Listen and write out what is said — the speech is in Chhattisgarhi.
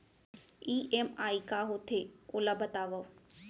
ई.एम.आई का होथे, ओला बतावव